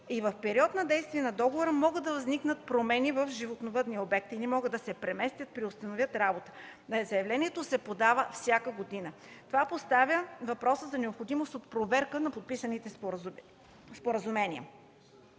и в период в действие на договора могат да възникнат промени в животновъдния обект – едни могат да се преместят, да преустановят работата. Заявлението се подава всяка година. Това поставя въпроса за необходимост от проверка на подписаните споразумения.